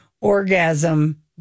orgasm